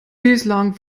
bislang